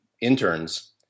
interns